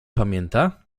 pamięta